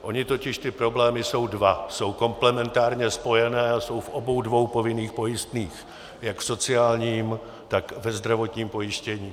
Ony totiž ty problémy jsou dva, jsou komplementárně spojené, jsou v obou dvou povinných pojistných, jak v sociálním, tak ve zdravotním pojištění.